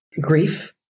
Grief